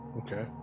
Okay